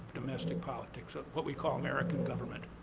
domestic politics, ah what we call american government.